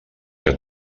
que